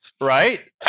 right